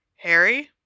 Harry